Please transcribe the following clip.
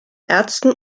ärzten